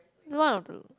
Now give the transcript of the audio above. one of the